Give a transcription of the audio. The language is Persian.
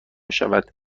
شود